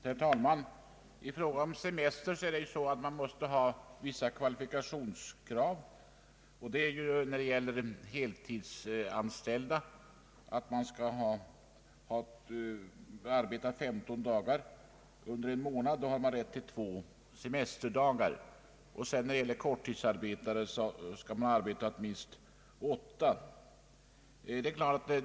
Herr talman! I fråga om semester är det ju så att man i beräkningen av denna tar hänsyn till vissa kvalifikationskrav. Den heltidsanställde skall arbeta 15 dagar under en månad för att ha rätt till två semesterdagar. När det gäller korttidsarbete skall han ha arbetat minst åtta dagar under en månad och får då rätt till en semesterdag.